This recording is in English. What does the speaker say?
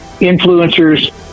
influencers